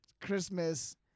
Christmas